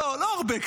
לא הרבה,